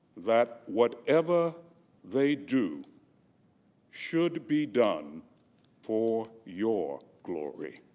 that whatever they do should be done for your glory.